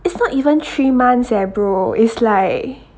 it's not even three months eh bro it's like